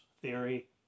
theory